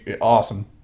awesome